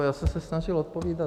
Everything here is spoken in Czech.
Já jsem se snažil odpovídat.